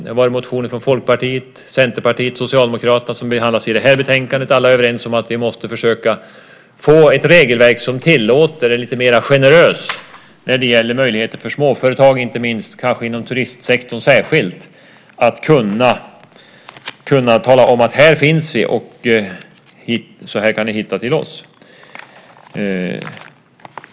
Det har varit motioner från Folkpartiet, Centerpartiet och Socialdemokraterna som behandlats i det här betänkandet. Alla är överens om att vi måste försöka få ett regelverk som tillåter en lite mer generös tolkning. Det gäller möjligheter för småföretag kanske inte minst inom turistsektorn att kunna tala om: Här finns vi, och så här kan ni hitta till oss.